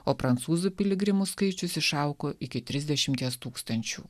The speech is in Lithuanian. o prancūzų piligrimų skaičius išaugo iki trisdešimties tūkstančių